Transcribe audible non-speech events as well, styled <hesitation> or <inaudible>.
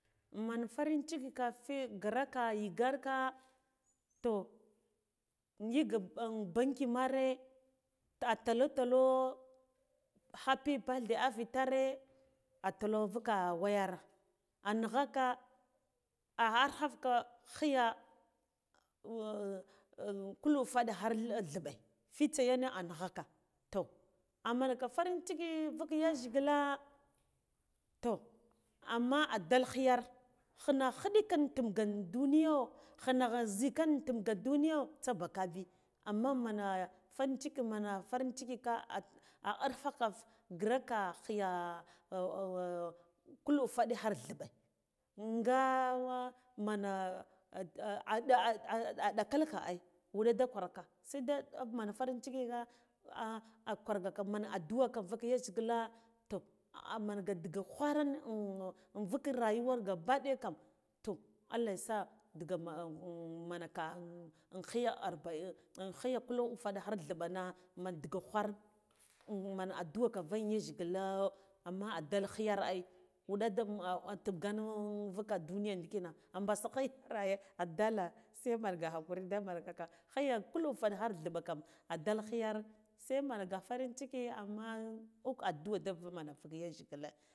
Man farin ciki ka fi graka yiga ka toh ngik banki mare a talotalo happy birthdhe avitare a talo invuka y wayar anighaka a arkafka ghiya <hesitation> kul wufaɗe har thilɓe fitsa yane a nighaka toh amsaka farinciki vuk yajghila <unintelligible> amma adal ghiyar ghina khiɗikina tunga duniyo khina zhika tumga duniyo tsabakabi amma man farin ciki man farin ciki ka a arfa ffaf ghirarka ghiya <hesitation> kul wufaɗa har dhiɓe ga men <hesitation> ada adakalka ai wuɗe da gwarka saide man farinciki ah ah Z a gwar kaga man adduar ka vuk yajghila to aamanga nɗigr ghwarah invuk rayuwar gaba ɗaya kam to allah sa diga <hesitation> menka ghiya arbain ghiya vul wu faɗe dhilɓe na man diga ghwar man addu'a ka vugyaj ghila amma adal ghiyar ai wuɗa da tiggen vuka duniya ndikine a mɓasa kha ai <unintelligible> khira adala sai manga hakuri damangaka khiya kul wufaɗ har dhilɓe kam adal ghiyar se manga farinciki amma uk addu'a da man khur yajgila.